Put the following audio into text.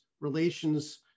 relations